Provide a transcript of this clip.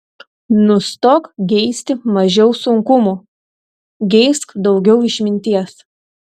nustok geisti mažiau sunkumų geisk daugiau išminties